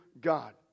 God